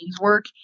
work